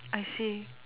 I see